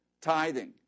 Tithing